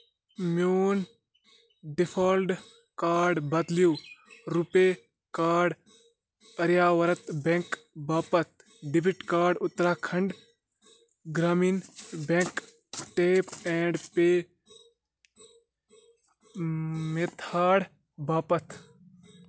میون default card بدلیٚو RuPay card أریا وَرَت بیٚنٛک باپتھ debit card Uttarakhand Gramin bank tap and pay method باپتھ